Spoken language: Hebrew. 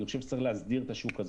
אני חושב שצריך להסדיר את השוק הזה,